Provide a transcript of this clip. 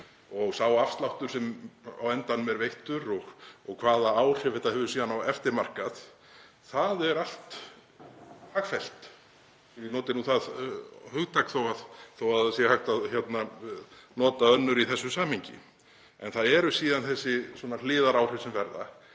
og þann afslátt sem á endanum er veittur og hvaða áhrif þetta hefur síðan á eftirmarkað — það er allt hagfellt, svo ég noti nú það hugtak þó að hægt sé að nota önnur í þessu samhengi. En það eru síðan þessi hliðaráhrif sem verða,